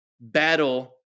battle